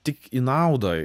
tik į naudą